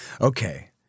Okay